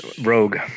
Rogue